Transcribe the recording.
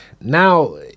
now